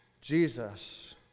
Jesus